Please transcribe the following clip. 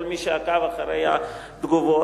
כל מי שעקב אחרי התגובות.